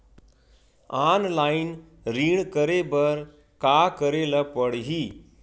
Online ऋण करे बर का करे ल पड़हि?